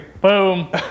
Boom